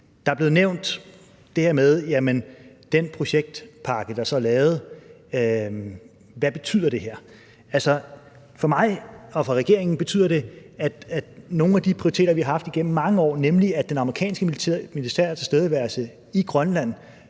Der er blevet spurgt om, hvad den projektpakke, der så er blevet lavet, betyder. For mig og for regeringen betyder det, at nogle af de prioriteter, vi har haft igennem mange år i forbindelse med den amerikanske militære tilstedeværelse i Grønland,